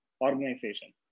organization